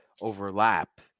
overlap